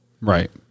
Right